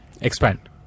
expand